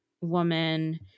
woman